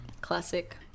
Classic